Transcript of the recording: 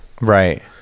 right